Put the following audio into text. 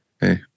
Hey